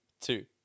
two